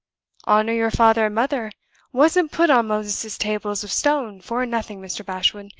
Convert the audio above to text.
honor your father and mother wasn't put on moses's tables of stone for nothing, mr. bashwood.